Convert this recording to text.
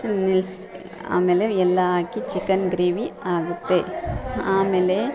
ನಿಲ್ಸಿ ಆಮೇಲೆ ಎಲ್ಲ ಹಾಕಿ ಚಿಕನ್ ಗ್ರೇವಿ ಆಗುತ್ತೆ ಆಮೇಲೆ